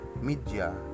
media